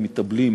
מתאבלים